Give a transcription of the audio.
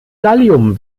gallium